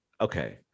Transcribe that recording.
okay